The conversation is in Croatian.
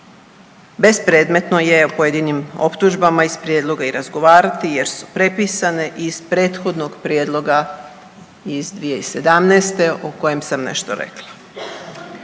Bespredmetno je o pojedinim optužbama iz prijedloga i razgovarati jer su prepisane iz prethodnog prijedloga iz 2017.o kojem sam nešto rekla.